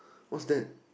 what's that